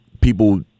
people